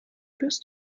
führst